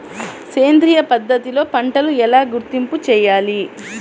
సేంద్రియ పద్ధతిలో పంటలు ఎలా గుర్తింపు చేయాలి?